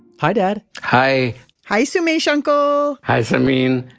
hi dad hi hi sumesh uncle hi samin,